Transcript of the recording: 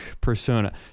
persona